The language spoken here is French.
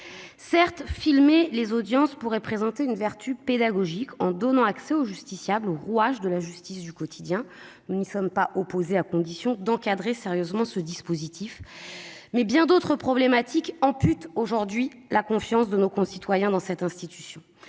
Certes, filmer les audiences pourrait présenter une vertu pédagogique en donnant aux justiciables accès aux rouages de la justice du quotidien- nous n'y sommes pas opposés, à condition d'encadrer sérieusement ce dispositif -, mais bien d'autres problématiques amputent aujourd'hui la confiance de nos concitoyens dans cette institution.